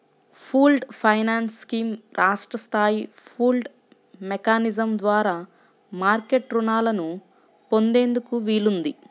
pooled finance scheme రాష్ట్ర స్థాయి pooled mechanism ద్వారా మార్కెట్ రుణాలను పొందేందుకు వీలుంది